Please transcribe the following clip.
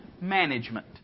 management